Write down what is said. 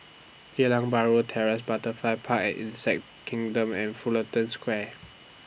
Geylang Bahru Terrace Butterfly Park and Insect Kingdom and Fullerton Square